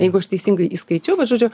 jeigu aš teisingai įskaičiau bet žodžiu